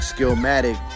Skillmatic